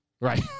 Right